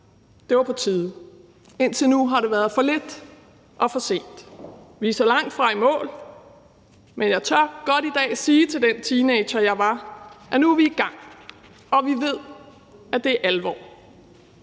det var på tide. Indtil nu har det været for lidt og for sent. Vi er så langtfra i mål, men jeg tør godt i dag sige til den teenager, jeg var, at nu er vi i gang, og vi ved, at det er alvor,